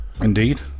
Indeed